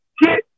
get